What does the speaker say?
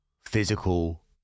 physical